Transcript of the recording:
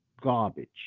garbage